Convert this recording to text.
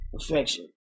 affection